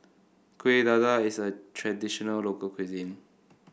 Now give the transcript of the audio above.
Kueh Dadar is a traditional local cuisine